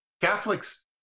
Catholics